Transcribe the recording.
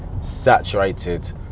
saturated